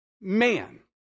Man